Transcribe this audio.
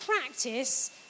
practice